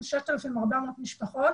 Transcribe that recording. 6,400 משפחות